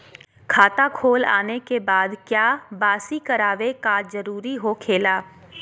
खाता खोल आने के बाद क्या बासी करावे का जरूरी हो खेला?